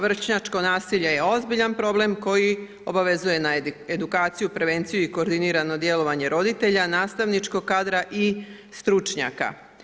Vršnjačko nasilje je obvezan problem, koji obavezuju na edukaciju, prevenciju i koordinirano djelovanje roditelja, nastavničkog kadra i stručnjaka.